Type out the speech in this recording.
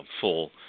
full